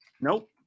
nope